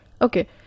Okay